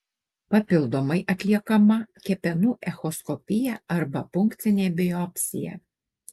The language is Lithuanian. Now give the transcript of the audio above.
papildomai atliekama kepenų echoskopija arba punkcinė biopsija